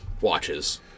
watches